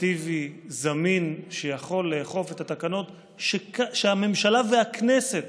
אפקטיבי וזמין שיכול לאכוף את התקנות שהממשלה והכנסת